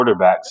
quarterbacks